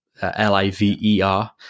l-i-v-e-r